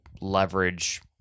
leverage